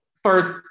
first